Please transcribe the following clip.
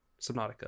Subnautica